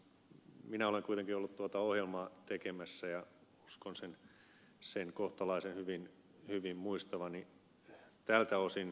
minä olen kuitenkin ollut tuota ohjelmaa tekemässä ja uskon sen kohtalaisen hyvin muistavani tältä osin